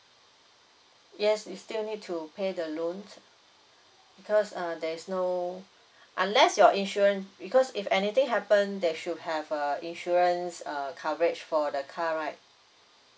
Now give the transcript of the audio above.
yes you still need to pay the loan because uh there's no unless your insurance because if anything happen they should have a insurance uh coverage for the car right